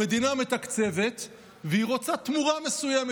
המדינה מתקצבת והיא רוצה תמורה מסוימת,